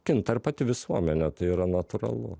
kinta ir pati visuomenė tai yra natūralu